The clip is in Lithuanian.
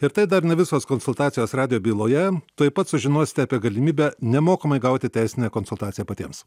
ir tai dar ne visos konsultacijos radijo byloje tuoj pat sužinosite apie galimybę nemokamai gauti teisinę konsultaciją patiems